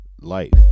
Life